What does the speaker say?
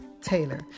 Taylor